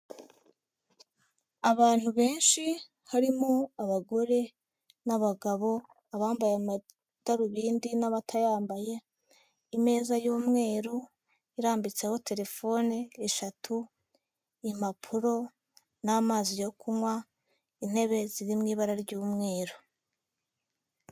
Abantu benshi harimo abagore n'abagabo abambaye amadarubindi n'abatayambaye ameza y'umweru arambitseho telefone eshatu, impapuro n'amazi yo kunywa intebe ziri m'ibara ry'umweru.